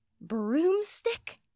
broomstick